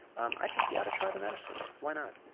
um i think you ought to try the medicine why not?